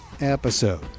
episode